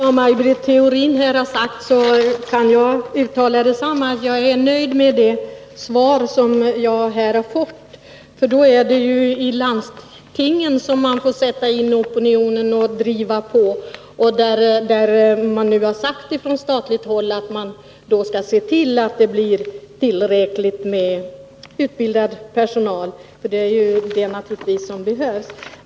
Herr talman! Utan att upprepa vad Maj Britt Theorin här har sagt kan jag uttala detsamma. Jag är nöjd med det svar jag har fått — det betyder att det är i landstingen man får sätta in krafterna och driva på. Det är bra att det nu från statligt håll har sagts att man skall se till att få fram tillräckligt med utbildad personal — det är naturligtvis vad som behövs.